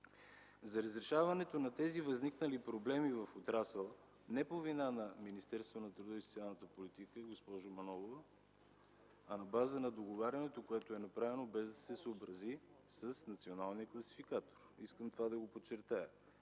За разрешаването на тези възникнали проблеми в отрасъла, не по вина на Министерството на труда и социалната политика, госпожо Манолова, а на база на договарянето, което е направено, без да се съобрази с Националния класификатор, искам да подчертая